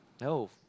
No